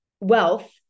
wealth